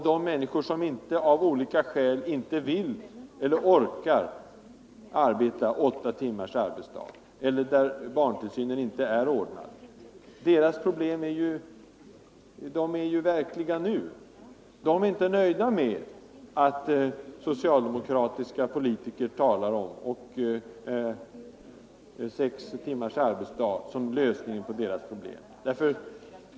De människor som av olika skäl inte vill eller inte orkar arbeta i åtta timmar, eller vilkas barntillsyn inte är ordnad, har verkliga problem i dag, och de människorna är inte hjälpta av att socialdemokratiska politiker talar om sex timmars arbetsdag som en lösning på problemen.